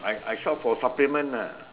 I I shop for supplement ah